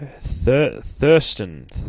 Thurston